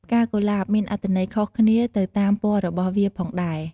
ផ្កាកុលាប មានអត្ថន័យខុសគ្នាទៅតាមពណ៌របស់វាផងដែរ។